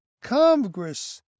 Congress